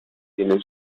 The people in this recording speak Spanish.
tienen